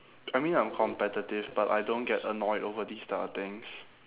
I mean I'm competitive but I don't get annoyed over this type of things